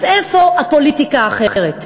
אז איפה הפוליטיקה האחרת?